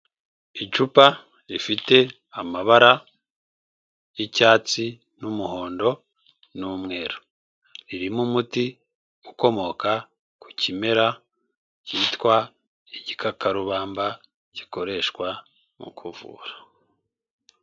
Icupa rifite amabara y'icyatsi n'umuhondo n'umweru, ririmo umuti ukomoka ku kimera cyitwa igikakarubamba gikoreshwa mu kuvura.